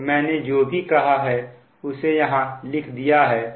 तो मैंने जो भी कहा है उसे यहां लिख दिया है